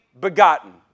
begotten